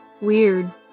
weird